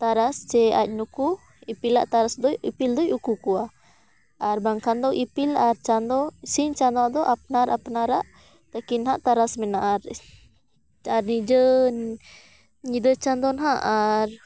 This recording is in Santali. ᱛᱟᱨᱟᱥ ᱡᱮ ᱟᱡ ᱱᱩᱠᱩ ᱤᱯᱤᱞᱟᱜ ᱛᱟᱨᱟᱥ ᱫᱚ ᱤᱯᱤᱞ ᱫᱚᱭ ᱩᱠᱩ ᱠᱚᱣᱟ ᱟᱨ ᱵᱟᱝᱠᱷᱟᱱ ᱫᱚ ᱤᱯᱤᱞ ᱟᱨ ᱪᱟᱸᱫᱳ ᱥᱤᱧ ᱪᱟᱸᱫᱳ ᱫᱚ ᱟᱯᱱᱟᱨ ᱟᱯᱱᱟᱨᱟᱜ ᱛᱟᱹᱠᱤᱱ ᱱᱟᱦᱟᱜ ᱛᱟᱨᱟᱥ ᱢᱮᱱᱟᱜᱼᱟ ᱟᱨ ᱱᱤᱡᱟᱹ ᱧᱤᱫᱟᱹ ᱪᱟᱸᱫᱳ ᱱᱟᱦᱟᱜ ᱟᱨ